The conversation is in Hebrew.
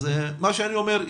אז מה שאני אומר,